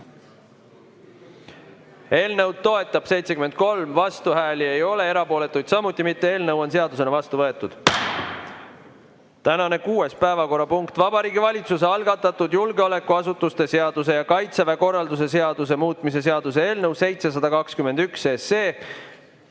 Eelnõu toetab 73, vastuhääli ei ole, erapooletuid samuti mitte. Eelnõu on seadusena vastu võetud. Tänane kuues päevakorrapunkt on Vabariigi Valitsuse algatatud julgeolekuasutuste seaduse ja Kaitseväe korralduse seaduse muutmise seaduse eelnõu 721. Ka see